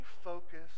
focus